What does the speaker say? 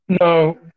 No